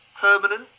permanent